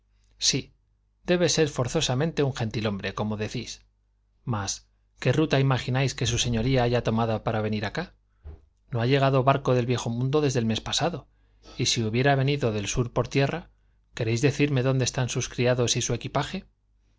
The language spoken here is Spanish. sí debe ser forzosamente un gentilhombre como decís mas qué ruta imagináis que su señoría haya tomado para venir acá no ha llegado barco del viejo mundo desde el mes pasado y si hubiera venido del sur por tierra queréis decirme dónde están sus criados y su equipaje